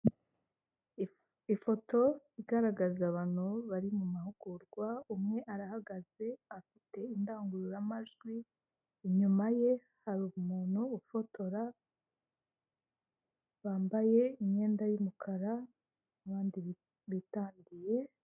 Ifoto igaragaza abantu bari mahugurwa, umwe arahagaze afite indangururamajwi, inyuma ye hari umuntu ufotora, bambaye imyenda y'umukara n'abandi bitandiye.